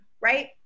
right